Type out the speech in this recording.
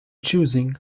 choosing